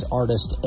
artist